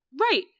Right